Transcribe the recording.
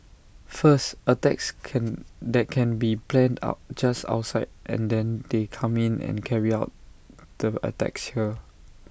first attacks can that can be planned out just outside and then they come in and carry out the attacks here